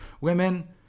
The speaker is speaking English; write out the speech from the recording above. Women